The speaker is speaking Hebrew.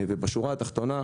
בשורה התחתונה: